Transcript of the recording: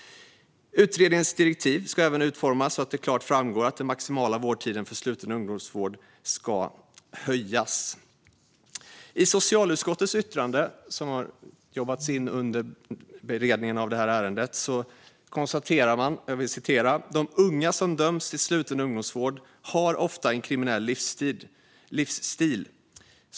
Utredningens direktiv ska även utformas så att det klart framgår att den maximala vårdtiden för sluten ungdomsvård ska höjas. I socialutskottets yttrande, som har jobbats fram under beredningen av det här ärendet, konstaterar man: De unga som döms till sluten ungdomsvård har ofta en kriminell livsstil.